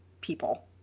people